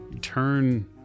turn